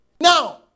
Now